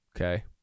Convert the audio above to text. okay